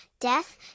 death